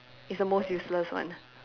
is the most useless one